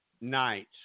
night